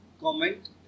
comment